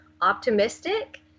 optimistic